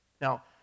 Now